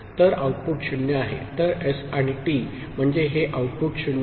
तर आउटपुट 0 आहेतर S आणि T म्हणजे हे आउटपुट 0 आहे